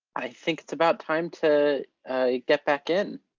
i think it's about time to get back in.